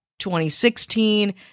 2016